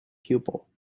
pupil